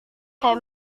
saya